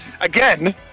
Again